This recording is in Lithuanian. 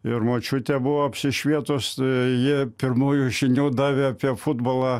ir močiutė buvo apsišvietus tai ji pirmųjų žinių davė apie futbolą